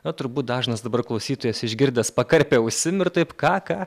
na turbūt dažnas dabar klausytojas išgirdęs pakarpė ausim ir taip ką ką